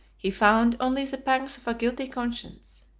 he found only the pangs of a guilty conscience.